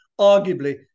Arguably